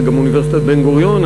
זה גם אוניברסיטת בן-גוריון,